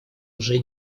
уже